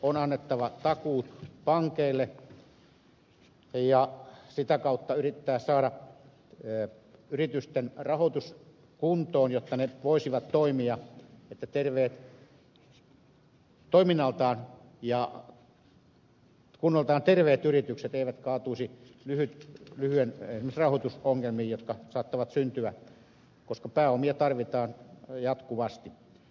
on annettava takuut pankeille ja sitä kautta yritettävä saada yritysten rahoitus kuntoon jotta ne voisivat toimia ja etteivät toiminnaltaan ja kunnoltaan terveet yritykset kaatuisi rahoitusongelmiin joita saattaa syntyä koska pääomia tarvitaan jatkuvasti